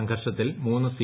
സംഘർഷത്തിൽ മൂന്ന് സി